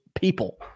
people